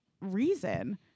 reason